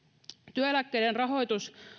työeläkkeiden rahoitus